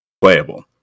playable